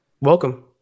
welcome